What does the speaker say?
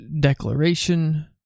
declaration